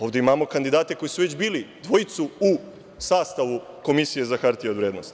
Ovde imamo kandidate koji su već bili, dvojicu u sastavu Komisije za hartije od vrednosti.